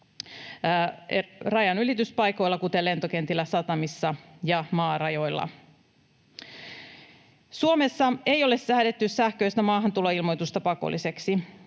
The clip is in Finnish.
rajanylityspaikoilla, kuten lentokentillä, satamissa ja maarajoilla. Suomessa ei ole säädetty sähköistä maahantuloilmoitusta pakolliseksi.